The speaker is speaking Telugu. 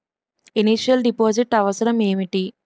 ఇనిషియల్ డిపాజిట్ అవసరం ఏమిటి?